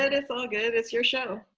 it's all good. it's your show.